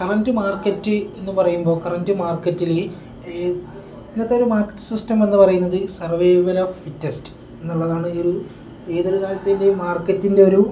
current market എന്നു പറയുമ്പോൾ current മാർക്കറ്റിൽ ഇന്നത്തെ ഒരു മാർക്കറ്റ് സിസ്റ്റം എന്നു പറയുന്നത് സർവൈവൽ ഓഫ് ഫിറ്റസ്റ്റ് എന്നുള്ളതാണ് ഒരു ഏതൊരു കാലത്തിൻ്റെ ഈ മാർക്കറ്റിൻ്റെ ഒരു